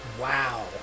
Wow